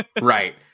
Right